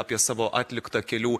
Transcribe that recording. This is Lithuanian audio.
apie savo atliktą kelių